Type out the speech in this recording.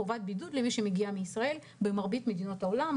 יש חובת בידוד למי שמגיע מישראל במרבית מדינות העולם,